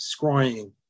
scrying